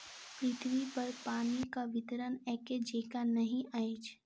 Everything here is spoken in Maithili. पृथ्वीपर पानिक वितरण एकै जेंका नहि अछि